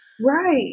Right